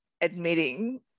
admitting